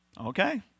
okay